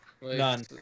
None